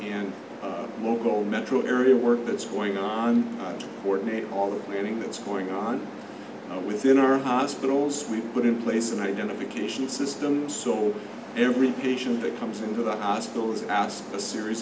and local metro area work that's going on board made all the planning that's going on within our hospitals we put in place an identification system so every patient that comes into the hospital is asked a series